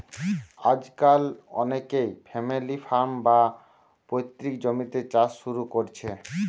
আজকাল অনেকে family farm, বা পৈতৃক জমিতে চাষ শুরু কোরছে